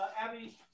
Abby